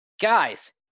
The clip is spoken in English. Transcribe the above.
Guys